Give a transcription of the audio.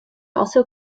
also